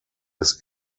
des